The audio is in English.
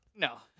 no